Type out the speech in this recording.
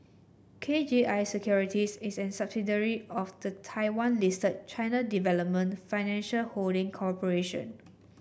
K G I Securities is a subsidiary of the Taiwan listed China Development Financial Holding Corporation